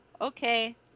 okay